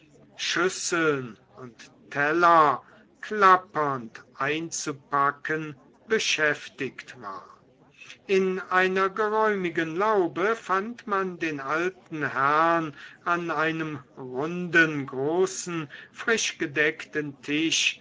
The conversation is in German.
schüsseln und teller klappernd einzupacken beschäftigt war in einer geräumigen laube fand man den alten herrn an einem runden großen frischgedeckten tisch